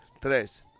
Tres